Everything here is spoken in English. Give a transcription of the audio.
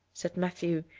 said matthew,